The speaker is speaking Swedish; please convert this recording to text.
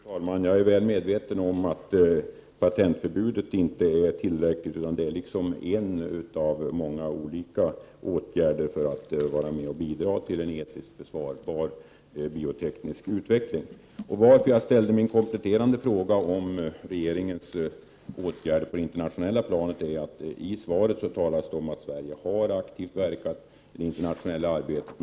Fru talman! Jag är väl medveten om att patentförbudet inte är tillräckligt. Det är bara en av många åtgärder för att vara med och bidra till en etiskt försvarbar bioteknisk utveckling. Anledningen till att jag ställde min kompletterande fråga om regeringens åtgärder på det internationella planet är att det i svaret talas om att Sverige har aktivt verkat i det internationella arbetet.